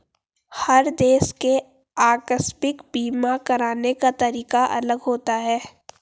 हर देश के आकस्मिक बीमा कराने का तरीका अलग होता है